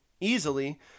easily